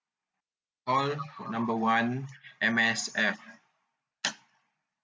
call number one M_S_F